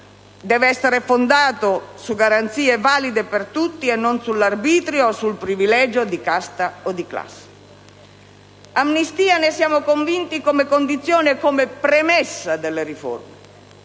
deve essere fondato su garanzie valide per tutti, e non sull'arbitrio o sul privilegio di casta o di classe. Amnistia, ne siamo convinti, come premessa delle riforme,